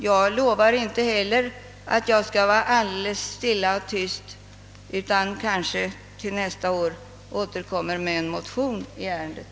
Jag lovar inte heller att jag för egen del skall vara alldeles stilla och tyst, utan jag återkommer kanske redan nästa år med en motion i ärendet.